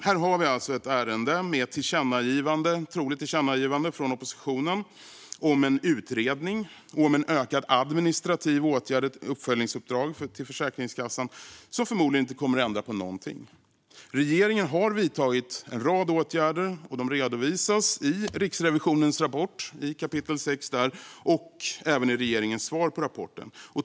Här har vi alltså ett ärende med ett troligt tillkännagivande från oppositionen om en utredning, en ökad administrativ åtgärd och ett uppföljningsuppdrag till Försäkringskassan som förmodligen inte kommer att ändra på någonting. Regeringen har vidtagit en rad åtgärder som redovisas i Riksrevisionens rapport - kap. 6 - och även i regeringens svar på rapporten.